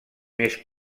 més